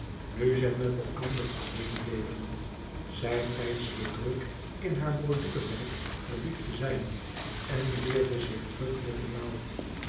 nu zij met elkander alleen bleven zij veinsde druk in haar borduurwerk verdiept te zijn en weerde zich druk met de naald